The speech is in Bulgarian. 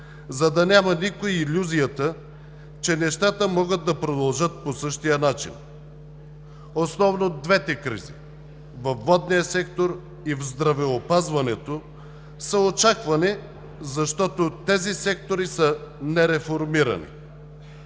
за да няма никой илюзията, че нещата могат да продължат по същия начин. Основно двете кризи – във водния сектор и в здравеопазването, са очаквани, защото тези сектори са нереформирани.